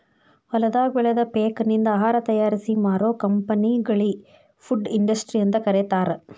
ಹೊಲದಾಗ ಬೆಳದ ಪೇಕನಿಂದ ಆಹಾರ ತಯಾರಿಸಿ ಮಾರೋ ಕಂಪೆನಿಗಳಿ ಫುಡ್ ಇಂಡಸ್ಟ್ರಿ ಅಂತ ಕರೇತಾರ